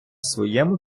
своєму